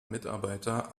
mitarbeiter